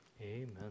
Amen